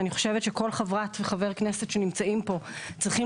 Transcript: ואני חושבת שכל חברת וחבר כנסת שנמצאים פה צריכים